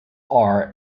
are